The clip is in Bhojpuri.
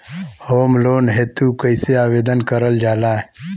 होम लोन हेतु कइसे आवेदन कइल जाला?